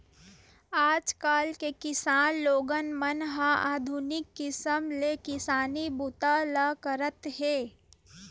आजकाल के किसान लोगन मन ह आधुनिक किसम ले किसानी बूता ल करत हे